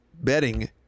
betting